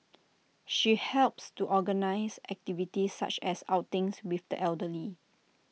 she helps to organise activities such as outings with the elderly